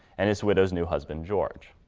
and his widow's new husband george.